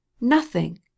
Nothing